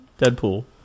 Deadpool